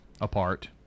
apart